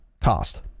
cost